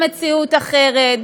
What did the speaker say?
במציאות אחרת,